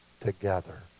together